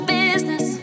business